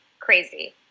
crazy